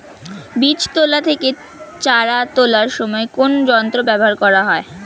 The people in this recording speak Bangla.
বীজ তোলা থেকে চারা তোলার সময় কোন যন্ত্র ব্যবহার করা হয়?